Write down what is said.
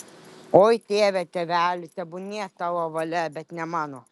oi tėve tėveli tebūnie tavo valia bet ne mano